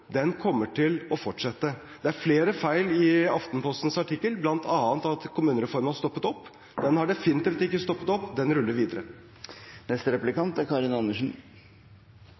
kommer til å fortsette. Det er flere feil i Aftenpostens artikkel, bl.a. at kommunereformen har stoppet opp. Den har definitivt ikke stoppet opp, den ruller videre. Basisen for alle folk er